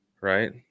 Right